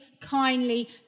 kindly